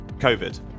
covid